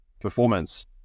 performance